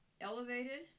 elevated